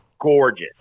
gorgeous